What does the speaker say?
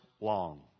long